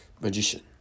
Magician